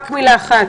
רק מילה אחת.